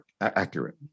accurate